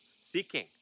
seeking